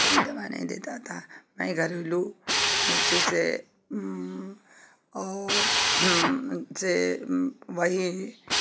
कोई दवा नहीं देता था वहीं घरेलू नुक्से से और से वहीं